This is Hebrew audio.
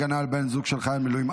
הגנה על בן זוג של חייל מילואים),